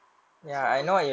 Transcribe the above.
so ya